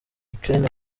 ukraine